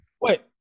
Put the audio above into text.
Wait